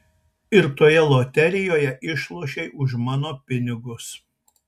ir toje loterijoje išlošei už mano pinigus